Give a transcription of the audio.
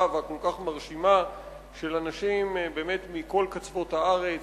והכל-כך מרשימה של אנשים מכל קצוות הארץ,